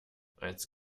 als